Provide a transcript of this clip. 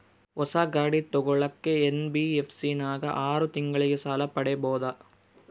ಹೊಸ ಗಾಡಿ ತೋಗೊಳಕ್ಕೆ ಎನ್.ಬಿ.ಎಫ್.ಸಿ ನಾಗ ಆರು ತಿಂಗಳಿಗೆ ಸಾಲ ಪಡೇಬೋದ?